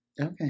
Okay